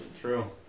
true